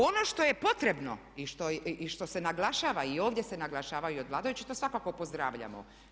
Ono što je potrebno i što se naglašava i ovdje se naglašava i od vladajućih to svakako pozdravljamo.